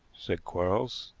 said quarles.